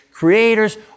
Creators